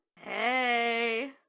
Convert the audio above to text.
Hey